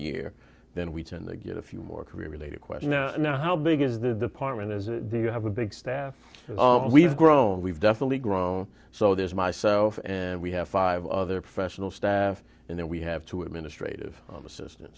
year then we tend to get a few more career related question now now how big is the part and as you have a big staff we've grown we've definitely grown so there's myself and we have five other professional staff and then we have two administrative assistant